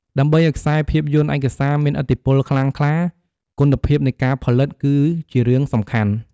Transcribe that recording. ដើម្បីឱ្យខ្សែភាពយន្តឯកសារមានឥទ្ធិពលខ្លាំងក្លា គុណភាពនៃការផលិតគឺជារឿងសំខាន់។